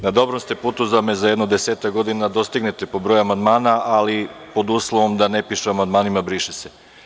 Na dobrom ste putu da me za jedno desetak godina dostignete po broju amandman, ali pod uslovom da ne piše u amandmanima „briše se“